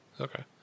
okay